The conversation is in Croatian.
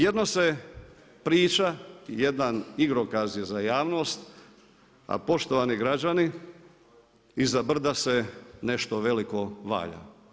Jedno se priča, jedan igrokaz je za javnost a poštovani građani iza brda se nešto veliko valja.